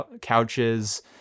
couches